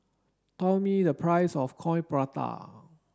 tell me the price of coin prata